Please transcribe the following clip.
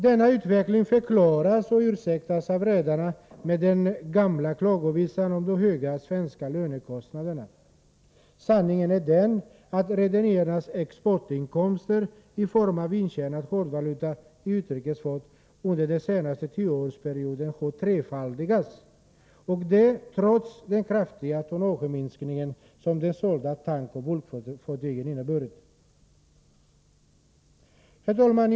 Denna utveckling förklaras och ursäktas av redarna med den gamla klagovisan om de höga svenska lönekostnaderna. Sanningen är den att rederiernas exportinkomster i form av intjänad hårdvaluta i utrikesfart under den senaste tioårsperioden har trefaldigats, detta trots den kraftiga tonnageminskning som de sålda tankoch bulkfartygen inneburit. Herr talman!